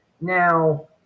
Now